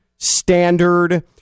Standard